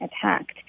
attacked